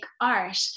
art